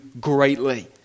greatly